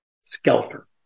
Skelter